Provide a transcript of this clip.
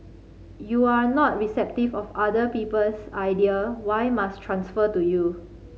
you are not receptive of other people's idea why must transfer to you